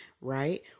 right